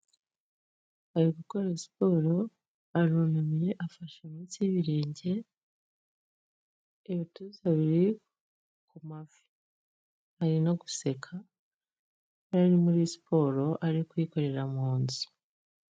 Ari gukora siporo arunamiye afasha munsi y'ibirenge, ibituza biri ku mavi, arimo guseka iyo ari muri siporo ari kuyikorera mu nzu.